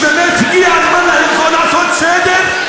באמת הגיע הזמן לעשות סדר,